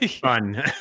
Fun